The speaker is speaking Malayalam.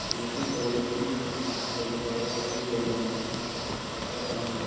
നിങ്ങൾക്ക് ക്വാളിറ്റിയിൽ മാറ്റം അല്ലെങ്കിൽ കുറവ് ആണെന്ന് വിചാരിക്കേണ്ട പക്ക സാധനം ആയിരിക്കും